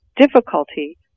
difficulty